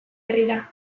herrira